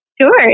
Sure